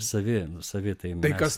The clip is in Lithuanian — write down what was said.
savi savi tai mes